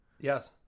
yes